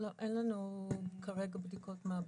אין לנו כרגע בדיקות מעבדה.